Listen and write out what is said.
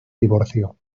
divorcio